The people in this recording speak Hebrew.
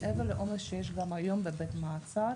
מעבר לעומס שיש גם היום בבית המעצר.